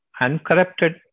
uncorrupted